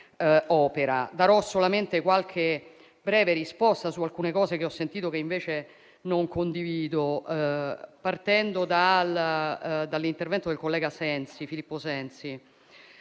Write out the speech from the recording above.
Darò solamente qualche breve risposta su alcune cose che ho sentito, che invece non condivido, partendo dall'intervento del collega Filippo Sensi.